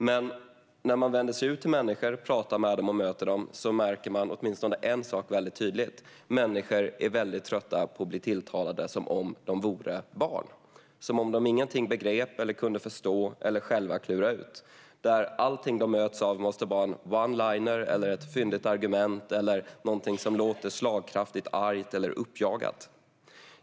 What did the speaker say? Men när man talar med och möter människor märker man en sak väldigt tydligt: De är väldigt trötta på att bli tilltalade som om de vore barn - som om de ingenting begrep eller som om de inte själva kunde förstå eller klura ut något. Allting de möts av måste vara en oneliner, ett fyndigt argument eller något som låter slagkraftigt, argt eller uppjagat.